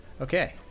Okay